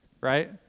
right